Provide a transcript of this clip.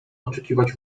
oczekiwać